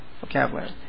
vocabulary